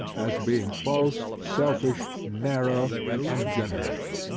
as being false, selfish, narrow and ungenerous.